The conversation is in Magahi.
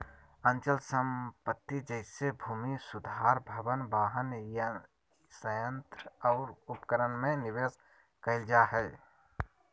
अचल संपत्ति जैसे भूमि सुधार भवन, वाहन, संयंत्र और उपकरण में निवेश कइल जा हइ